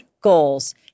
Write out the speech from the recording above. goals